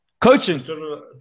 coaching